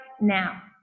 now